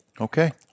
Okay